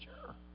Sure